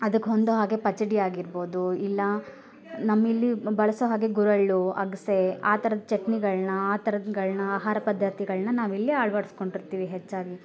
ಅದಕ್ಕೆ ಹೊಂದೋ ಹಾಗೆ ಪಚಡಿ ಆಗಿರ್ಬೋದು ಇಲ್ಲ ನಮ್ಮಲ್ಲಿ ಬಳಸೋ ಹಾಗೆ ಗುರಳ್ಳು ಅಗಸೆ ಆ ಥರದ ಚಟ್ನಿಗಳನ್ನ ಆ ಥರದ್ಗಳ್ನ ಆಹಾರ ಪದ್ಧತಿಗಳನ್ನ ನಾವಿಲ್ಲಿ ಅಳ್ವಡ್ಸ್ಕೊಂಡಿರ್ತೀವಿ ಹೆಚ್ಚಾಗಿ